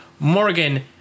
Morgan